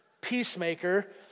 peacemaker